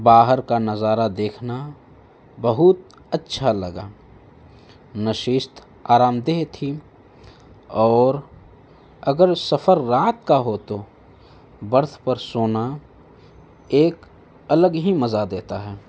باہر کا نظارہ دیکھنا بہت اچھا لگا نشست آرام دہ تھی اور اگر سفر رات کا ہو تو برتھ پر سونا ایک الگ ہی مزہ دیتا ہے